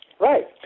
right